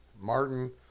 Martin